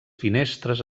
finestres